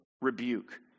rebuke